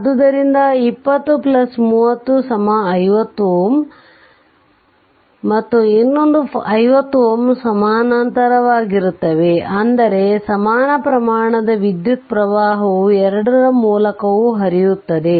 ಆದ್ದರಿಂದ 2030 50 Ω ಮತ್ತು ಇನ್ನೊಂದು 50 Ω ಸಮಾನಾಂತರವಾಗಿರುತ್ತವೆ ಅಂದರೆ ಸಮಾನ ಪ್ರಮಾಣದ ವಿದ್ಯುತ್ ಪ್ರವಾಹವು ಎರಡರ ಮೂಲಕವೂ ಹರಿಯುತ್ತದೆ